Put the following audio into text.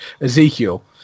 Ezekiel